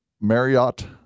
Marriott